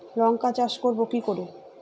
লঙ্কা চাষ করব কি করে?